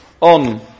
on